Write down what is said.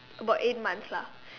about eight months lah